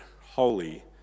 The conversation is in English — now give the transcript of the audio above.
holy